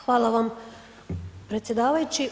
Hvala vam predsjedavajući.